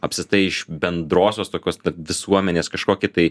apskritai iš bendrosios tokios visuomenės kažkokį tai